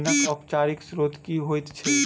ऋणक औपचारिक स्त्रोत की होइत छैक?